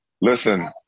Listen